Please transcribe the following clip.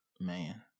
man